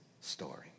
story